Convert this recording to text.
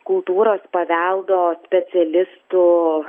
kultūros paveldo specialistų